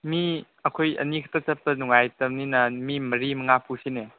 ꯃꯤ ꯑꯩꯈꯣꯏ ꯑꯅꯤꯈꯛꯇ ꯆꯠꯄ ꯅꯨꯡꯉꯥꯏꯇꯝꯅꯤꯅ ꯃꯤ ꯃꯔꯤ ꯃꯉꯥ ꯄꯨꯁꯤꯅꯦ